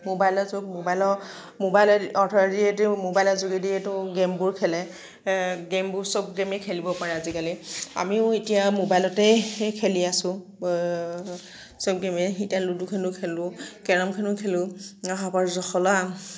মোবাইলৰ যুগ মোবাইলৰ মোবাইলৰ থ্ৰ'ৱেদিয়েইতো মোবাইলৰ যোগেদিয়েইটো গে'মবোৰ খেলে গে'মবোৰ চব গে'মেই খেলিব পাৰে আজিকালি আমিও এতিয়া মোবাইলতে খেলি আছোঁ চব গে'মে এতিয়া লুডুখনো খেলোঁ কেৰমখনো খেলোঁ সাপৰ জখলা